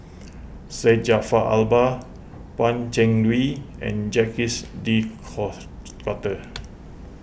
Syed Jaafar Albar Pan Cheng Lui and Jacques De Court Coutre